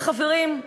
וחברים,